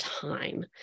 time